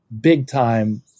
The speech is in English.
big-time